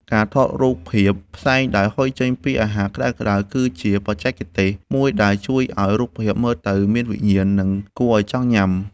ការថតរូបភាពផ្សែងដែលហុយចេញពីអាហារក្ដៅៗ គឺជាបច្ចេកទេសមួយដែលជួយឱ្យរូបភាពមើលទៅមានវិញ្ញាណ និងគួរឱ្យចង់ញ៉ាំ។